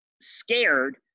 scared